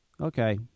Okay